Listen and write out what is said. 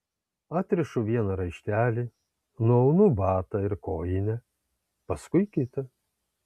atrišu vieną raištelį nuaunu batą ir kojinę paskui kitą